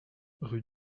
rue